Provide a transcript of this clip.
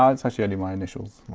no, that's actually only my initials.